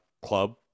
club